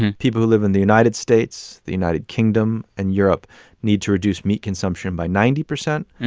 people who live in the united states, the united kingdom and europe need to reduce meat consumption by ninety percent,